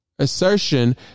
assertion